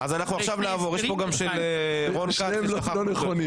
עדיין לא הבנתי